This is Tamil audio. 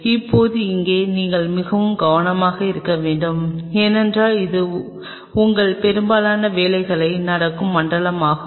இப்போது இங்கே நீங்கள் மிகவும் கவனமாக இருக்க வேண்டும் ஏனென்றால் இது உங்கள் பெரும்பாலான வேலைகள் நடக்கும் மண்டலம் ஆகும்